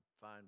fine